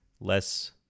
less